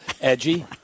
edgy